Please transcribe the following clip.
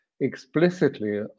explicitly